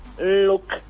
look